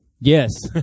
Yes